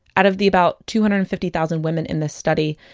out of the about two hundred and fifty thousand women in this study,